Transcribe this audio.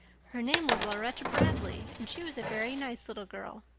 her name was laurette bradley, and she was a very nice little girl.